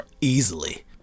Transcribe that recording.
easily